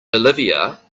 olivia